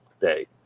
day